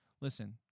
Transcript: listen